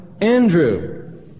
Andrew